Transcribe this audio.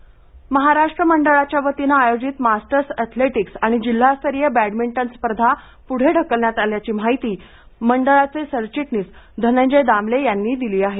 मंडळ स्पर्धा महाराष्ट्र मंडळाच्या वतीनं आयोजित मास्टर्स अँथलेटिक्स आणि जिल्हास्तरीय बँडमिंटन स्पर्धा पुढे ढकलण्यात आल्या असल्याची माहिती मंडळाचे सरचिटणीस धनंजय दामले यांनी दिली आहे